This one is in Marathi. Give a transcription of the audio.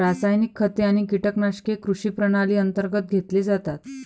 रासायनिक खते आणि कीटकनाशके कृषी प्रणाली अंतर्गत घेतले जातात